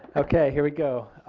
okay here we go.